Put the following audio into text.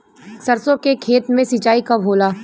सरसों के खेत मे सिंचाई कब होला?